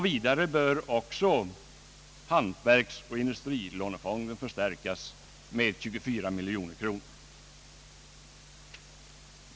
Vidare bör hantverksoch industrilånefonden förstärkas med 24 miljoner kronor.